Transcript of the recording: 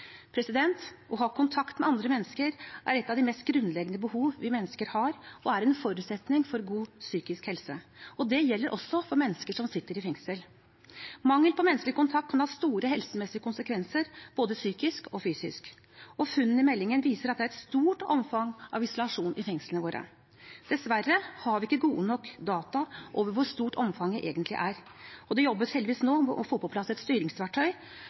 Å ha kontakt med andre mennesker er et av de mest grunnleggende behov vi mennesker har, og er en forutsetning for god psykisk helse. Det gjelder også for mennesker som sitter i fengsel. Mangel på menneskelig kontakt kan ha store helsemessige konsekvenser både psykisk og fysisk, og funnene i meldingen viser at det er et stort omfang av isolasjon i fengslene våre. Dessverre har vi ikke gode nok data om hvor stort omfanget egentlig er. Det jobbes heldigvis nå med å få på plass styringsverktøy, for det er viktig med et